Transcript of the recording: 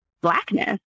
blackness